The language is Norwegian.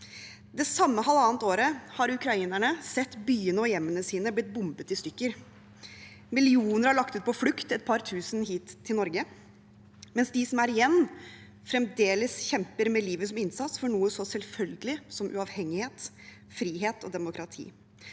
Det samme halvannet året har ukrainerne sett byene og hjemmene sine bli bombet i stykker. Millioner har lagt ut på flukt, et par tusen hit til Norge, mens de som er igjen, fremdeles kjemper med livet som innsats for noe så selvfølgelig som uavhengighet, frihet og demokrati.